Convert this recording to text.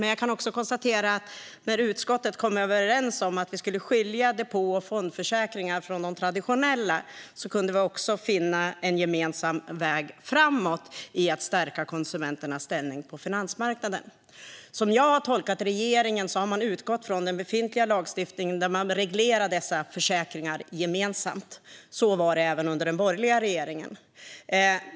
Men jag kan också konstatera att när utskottet kom överens om att skilja depå och fondförsäkringar från de traditionella kunde vi också finna en gemensam väg framåt i att stärka konsumenternas ställning på finansmarknaden. Som jag har tolkat regeringen har man utgått från den befintliga lagstiftningen, som reglerar dessa försäkringar gemensamt. Så var det även under den borgerliga regeringen.